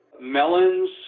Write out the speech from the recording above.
melons